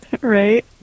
right